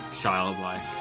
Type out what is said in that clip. childlike